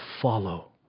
follow